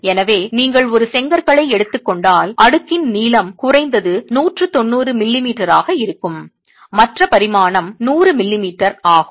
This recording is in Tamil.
எனவே நீங்கள் ஒரு செங்கற்களை எடுத்துக் கொண்டால் அடுக்கின் நீளம் குறைந்தது 190 மில்லிமீட்டராக இருக்கும் மற்ற பரிமாணம் 100 மிமீ ஆகும்